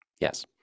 Yes